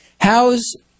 How's